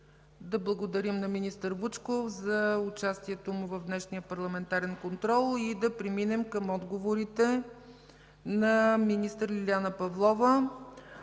Да благодарим на министър Вучков за участието му в днешния парламентарен контрол и да преминем към отговорите на министър Лиляна Павлова.